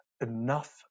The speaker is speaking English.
Enough